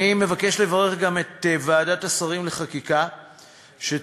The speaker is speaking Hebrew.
אני מבקש לברך גם את ועדת השרים לחקיקה שתמכה